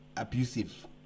abusive